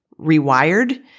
rewired